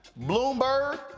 Bloomberg